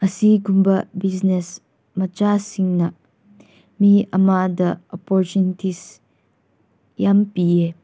ꯑꯁꯤꯒꯨꯝꯕ ꯕꯤꯖꯤꯅꯦꯁ ꯃꯆꯥꯁꯤꯡꯅ ꯃꯤ ꯑꯃꯗ ꯑꯣꯄꯣꯔꯆꯨꯅꯤꯇꯤꯁ ꯌꯥꯝ ꯄꯤꯑꯦ